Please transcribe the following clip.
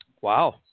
Wow